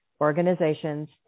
organizations